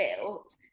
built